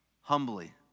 humbly